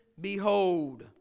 behold